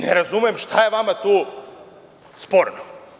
Ne razumem šta je vama tu sporno?